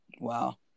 Wow